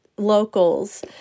locals